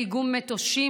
איגום מטושים,